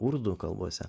kurdų kalbose